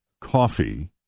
coffee